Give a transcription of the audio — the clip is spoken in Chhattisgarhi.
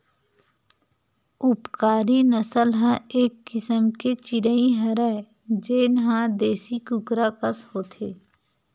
उपकारी नसल ह एक किसम के चिरई हरय जेन ह देसी कुकरा कस होथे